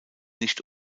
nicht